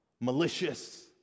malicious